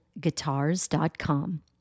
guitars.com